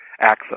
access